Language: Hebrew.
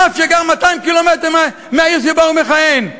רב שגר 200 קילומטר מהעיר שבה הוא מכהן.